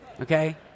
Okay